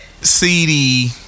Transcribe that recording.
CD